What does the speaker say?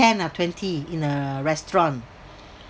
ten or twenty in a restaurant